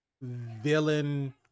villain